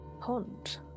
Pond